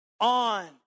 on